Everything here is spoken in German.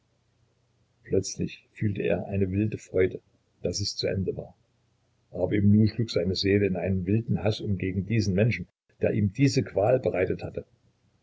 plötzlich fühlte er eine wilde freude daß es zu ende war aber im nu schlug seine seele in einen wilden haß um gegen diesen menschen der ihm diese qual bereitet hatte